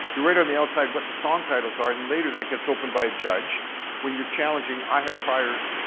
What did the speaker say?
you write on the outside what the song titles are and later, that gets opened by a judge when you're challenging, i have prior.